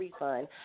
refund